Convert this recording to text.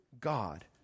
God